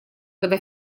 когда